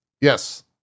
yes